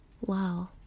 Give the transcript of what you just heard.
Wow